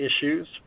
issues